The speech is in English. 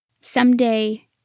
Someday